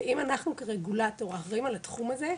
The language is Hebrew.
ואם אנחנו כרגולטור אחראים על התחום הזה,